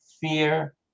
fear